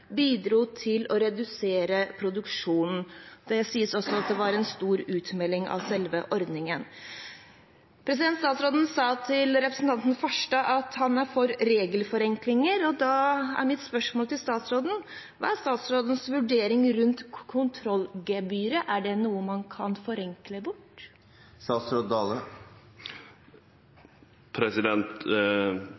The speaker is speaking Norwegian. bidro til å redusere produksjonen. Det sies også at det var en stor utmelding av selve ordningen. Statsråden sa til representanten Farstad at han er for regelforenklinger, og da er mitt spørsmål: Hva er statsrådens vurdering rundt kontrollgebyret? Er det noe man kan forenkle bort?